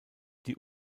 die